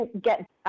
get